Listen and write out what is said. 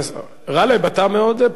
אתה מאוד פעלתן היום,